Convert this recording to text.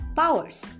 powers